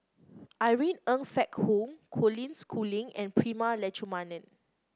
Irene Ng Phek Hoong Colin Schooling and Prema Letchumanan